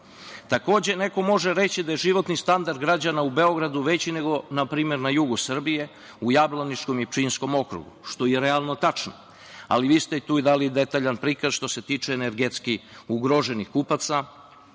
neko može reći da je životni standard građana u Beogradu veći nego na primer na jugu Srbije u Jablaničkom i Pčinjskom okrugu što je, realno, tačno. Ali vi ste tu dali detaljan prikaz što se tiče energetski ugroženih kupaca